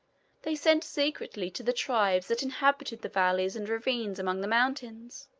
they sent secretly to the tribes that inhabited the valleys and ravines among the mountains,